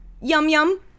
Yum-yum